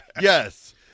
Yes